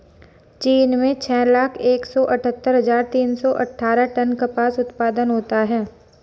चीन में छह लाख एक सौ अठत्तर हजार तीन सौ अट्ठारह टन कपास उत्पादन होता है